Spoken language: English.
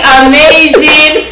amazing